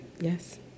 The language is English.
Yes